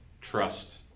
trust